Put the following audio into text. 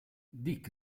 dick